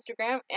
Instagram